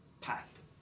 path